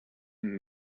and